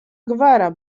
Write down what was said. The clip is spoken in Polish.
gwara